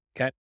Okay